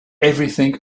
everything